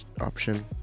option